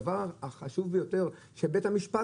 הדבר החשוב לגבי בית המשפט,